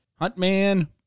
Huntman